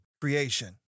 creation